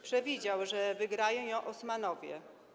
Przewidział, że wygrają ją Osmanowie.